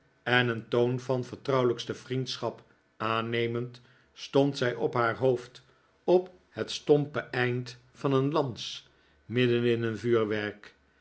en een toon van vertrouwelijkste vriendschap aannemend stond zij op haar hoofd op het stompe eind van een lans midden in een vuurwerk